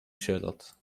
sierot